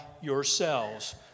yourselves